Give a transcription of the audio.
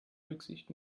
rücksicht